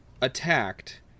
attacked